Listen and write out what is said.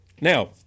Now